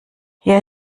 hier